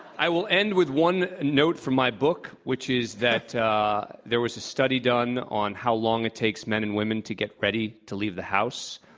i will end with one note from my book which is that there was a study done on how long it takes men and women to get ready to leave the house.